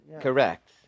Correct